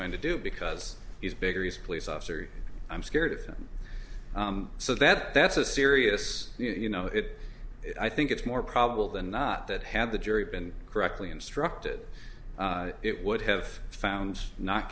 going to do because he's bigger he's a police officer i'm scared of him so that that's a serious you know it i think it's more probable than not that had the jury been correctly instructed it would have found not